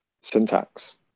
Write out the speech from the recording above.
syntax